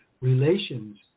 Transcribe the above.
relations